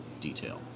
detail